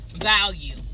value